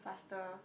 faster